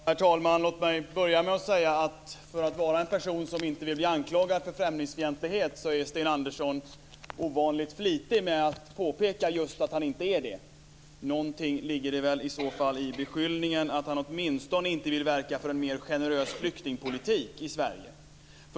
Herr talman! Låt mig börja med att säga att för att vara en person som inte vill bli anklagad för främlingsfientlighet, är Sten Andersson ovanligt flitig med att påpeka att han inte är det. Någonting ligger det väl åstminstone i beskyllningen att han inte vill verka för en mer generös flyktingpolitik i Sverige.